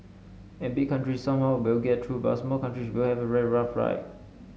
and big countries somehow will get through but small countries will have a very rough ride